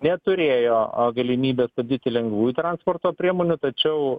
neturėjo galimybės stabdyti lengvųjų transporto priemonių tačiau